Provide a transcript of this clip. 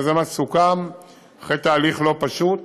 וזה מה שסוכם אחרי תהליך לא פשוט,